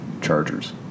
chargers